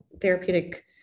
therapeutic